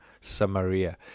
samaria